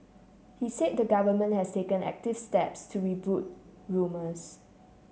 he said the government has taken active steps to rebut rumours